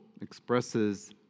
expresses